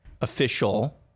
official